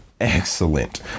excellent